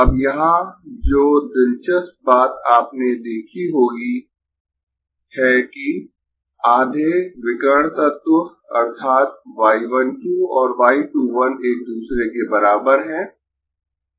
अब यहाँ जो दिलचस्प बात आपने देखी होगी है कि आधे विकर्ण तत्व अर्थात् y 1 2 और y 2 1 एक दूसरे के बराबर है